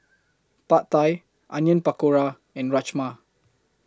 Pad Thai Onion Pakora and Rajma